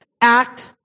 act